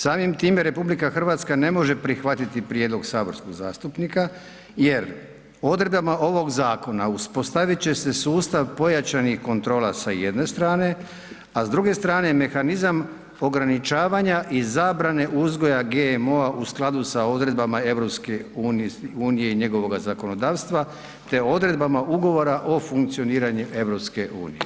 Samim time, RH ne može prihvatiti prijedlog saborskog zastupnika jer odredbama ovog zakona uspostavit će se sustav pojačanih kontrola sa jedne strane, a s druge strane mehanizam ograničavanje i zabrane uzgoja GMO-a u skladu sa odredbama EU i njegovoga zakonodavstva te odredbama ugovora o funkcioniranju EU.